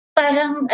parang